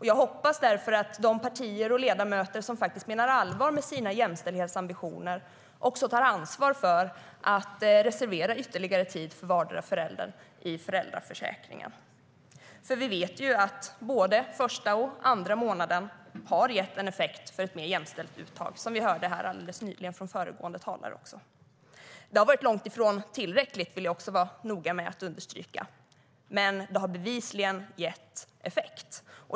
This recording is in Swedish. Jag hoppas därför att de partier och ledamöter som faktiskt menar allvar med sina jämställdhetsambitioner också tar ansvar för att reservera ytterligare tid för vardera föräldern i föräldraförsäkringen. Jag vill också vara noggrann med att understryka att det är långt ifrån tillräckligt, men det har bevisligen gett effekt.